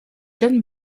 john